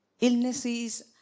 illnesses